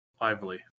Lively